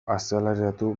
azaleratu